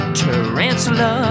tarantula